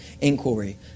inquiry